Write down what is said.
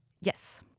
Yes